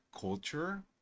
culture